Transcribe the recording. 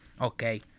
Okay